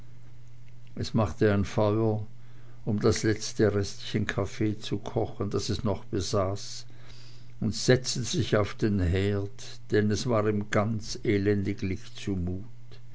es machte ein feuer um das letzte restchen kaffee zu kochen das es noch besaß und setzte sich auf den herd denn es war ihm ganz elendiglich zu